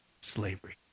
slavery